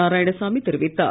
நாராயணசாமி தெரிவித்தார்